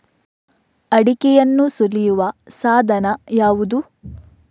ಅಡಿಕೆಯನ್ನು ಸುಲಿಯುವ ಸಾಧನ ಯಾವುದು?